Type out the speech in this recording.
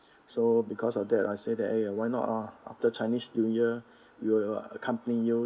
so because of that I say that eh why not ah after chinese new year we will accompany you